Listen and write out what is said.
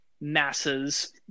masses